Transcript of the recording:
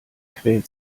quält